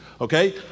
okay